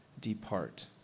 depart